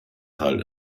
fall